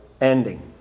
ending